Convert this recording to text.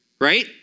Right